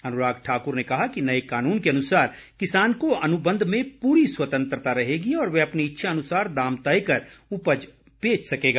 अनुराग ठाकुर ने कहा कि नए कानून के अनुसार किसान को अनुबंध में पूरी स्वतंत्रता रहेगी और वह अपनी इच्छा अनुसार दाम तय कर उपज बेच सकेगा